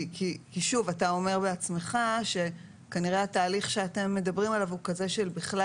אתה אומר בעצמך שכנראה התהליך שאתם מדברים עליו הוא כזה של בכלל